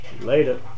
Later